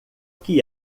que